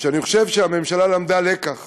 שאני חושב שהממשלה למדה לקח